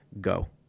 Go